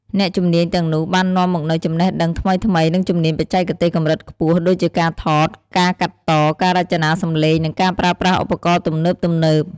អ្នកជំនាញទាំងនោះបាននាំមកនូវចំណេះដឹងថ្មីៗ និងជំនាញបច្ចេកទេសកម្រិតខ្ពស់ ដូចជាការថត ការកាត់ត ការរចនាសំឡេង និងការប្រើប្រាស់ឧបករណ៍ទំនើបៗ។